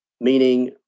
meaning